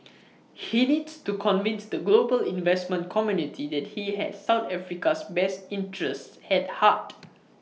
he needs to convince the global investment community that he has south Africa's best interests at heart